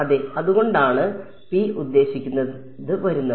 അതെ അതുകൊണ്ടാണ് ഉദ്ദേശിക്കുന്നത് വരുന്നത്